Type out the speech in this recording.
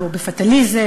בפטליזם,